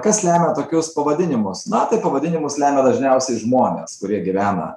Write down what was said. kas lemia tokius pavadinimus na tai pavadinimus lemia dažniausiai žmonės kurie gyvena